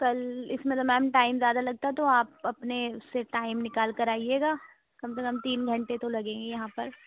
کل اس میں تو میم ٹائم زیادہ لگتا ہے تو آپ اپنے سے ٹائم نکال کر آئیے گا کم سے کم تین گھنٹے تو لگیں گے یہاں پر